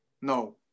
no